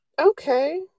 okay